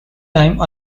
time